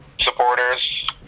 supporters